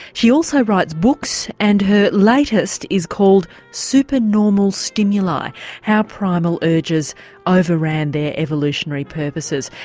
she also writes books and her latest is called supernormal stimuli how primal urges overran their evolutionary purposes.